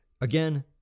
Again